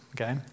Okay